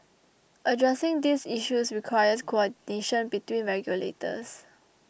addressing these issues requires coordination between regulators